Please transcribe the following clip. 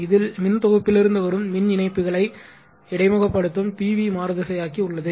இதில் மின் தொகுப்பிலிருந்து வரும் மின் இணைப்புகளை இடைமுகப்படுத்தும் PV மாறுதிசையாக்கி உள்ளது